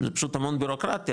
זה פשוט המון בירוקרטיה,